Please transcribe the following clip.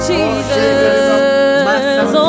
Jesus